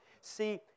See